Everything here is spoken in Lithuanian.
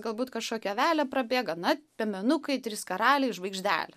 galbūt kažkokia avelė prabėga na piemenukai trys karaliai žvaigždelė